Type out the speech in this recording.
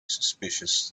suspicious